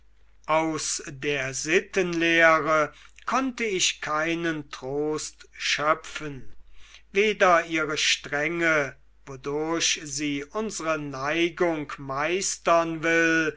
aus der sittenlehre konnte ich keinen trost schöpfen weder ihre strenge wodurch sie unsre neigung meistern will